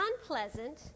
unpleasant